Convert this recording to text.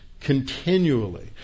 continually